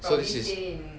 so this is